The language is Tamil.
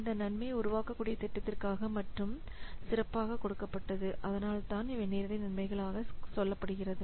இந்த நன்மை உருவாக்கக்கூடிய திட்டத்திற்காக மட்டும் சிறப்பாக கொடுக்கப்பட்டது அதனால்தான் இவை நேரடி நன்மைகளாக சொல்லப்படுகிறது